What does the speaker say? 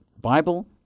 Bible